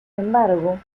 embargo